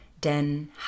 Den